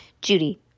Judy